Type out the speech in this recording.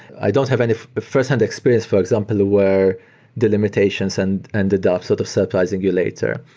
i don't have any first-hand experience for example, where the limitations and ended ah up sort of surprising you later,